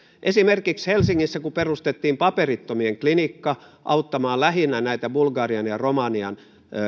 esimerkiksi helsingissä kun perustettiin paperittomien klinikka auttamaan lähinnä näitä bulgarian ja romanian